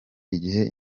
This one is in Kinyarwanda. igihe